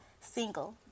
single